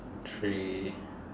three